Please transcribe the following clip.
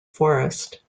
forest